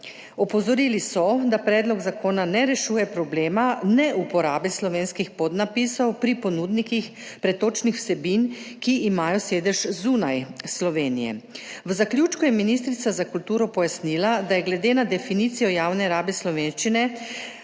Opozorili so, da predlog zakona ne rešuje problema neuporabe slovenskih podnapisov pri ponudnikih pretočnih vsebin, ki imajo sedež zunaj Slovenije. V zaključku je ministrica za kulturo pojasnila, da je glede na definicijo javne rabe slovenščine,